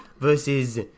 versus